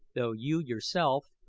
though you, yourself,